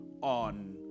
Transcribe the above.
on